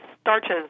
starches